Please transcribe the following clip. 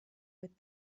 with